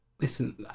Listen